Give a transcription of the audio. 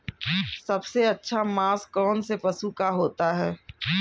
सबसे अच्छा मांस कौनसे पशु का होता है?